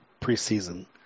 preseason